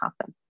happen